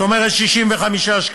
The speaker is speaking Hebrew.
זאת אומרת 65 שקלים,